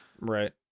Right